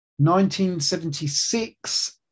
1976